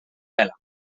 vela